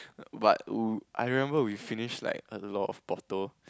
but wu I remember we finished like a lot of bottle